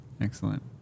Excellent